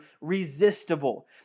resistible